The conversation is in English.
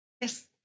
Yes